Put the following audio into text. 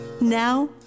now